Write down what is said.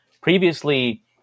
previously